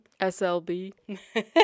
SLB